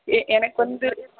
ஏ எனக்கு வந்து